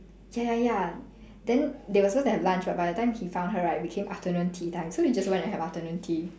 ya ya ya then they were suppose to have lunch but by the time he found her right became afternoon tea time so they just went to have afternoon tea